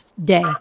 day